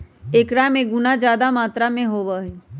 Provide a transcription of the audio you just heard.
एकरा में गुना जादा मात्रा में होबा हई